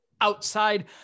outside